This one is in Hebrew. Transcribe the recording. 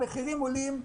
המחירים עולים,